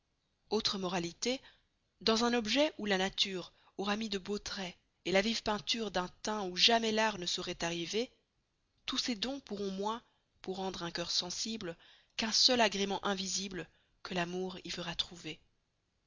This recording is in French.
autre moralité dans un objet où la nature aura mis de beaux traits et la vive peinture d'un teint où jamais l'art ne sçauroit arriver tous ces dons pourront moins pour rendre un cœur sensible qu'un seul agrément invisible que l'amour y fera trouver